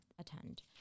attend